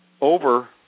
Over